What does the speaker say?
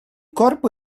corpo